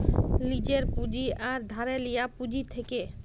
লীজের পুঁজি আর ধারে লিয়া পুঁজি থ্যাকে